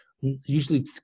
usually